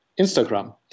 Instagram